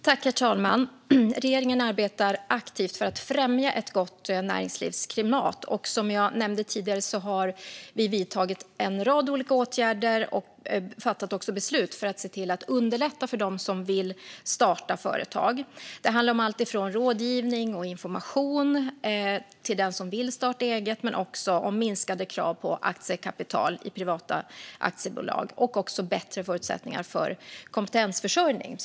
Herr talman! Regeringen arbetar aktivt för att främja ett gott näringslivsklimat. Som jag nämnde tidigare har vi vidtagit en rad olika åtgärder och också fattat beslut för att underlätta för dem som vill starta företag. Det handlar om alltifrån rådgivning och information till den som vill starta eget till minskade krav på aktiekapital i privata aktiebolag och bättre förutsättningar för kompetensförsörjning.